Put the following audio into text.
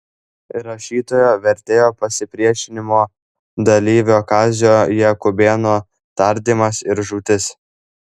rašytojo vertėjo pasipriešinimo dalyvio kazio jakubėno tardymas ir žūtis